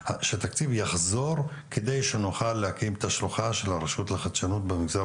שהתקציב יחזור על מנת שנוכל להקים את השלוחה של הרשות לחדשנות במגזר